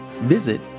Visit